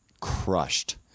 crushed